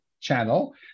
channel